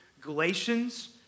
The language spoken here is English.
Galatians